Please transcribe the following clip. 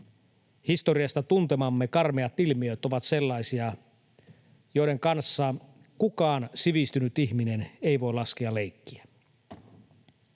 historiasta tuntemamme karmeat ilmiöt ovat sellaisia, joiden kanssa kukaan sivistynyt ihminen ei voi laskea leikkiä.